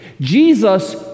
Jesus